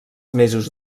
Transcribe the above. mesos